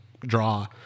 draw